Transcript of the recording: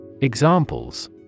examples